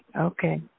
Okay